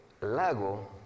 lago